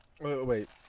Wait